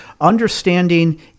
understanding